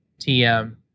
TM